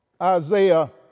Isaiah